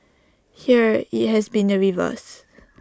here IT has been the reverse